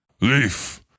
Leaf